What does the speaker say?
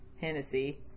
Hennessy